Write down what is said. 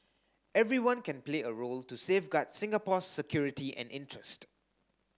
everyone can play a role to safeguard Singapore's security and interest